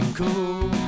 cool